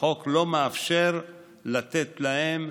החוק לא מאפשר לתת להם,